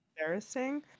embarrassing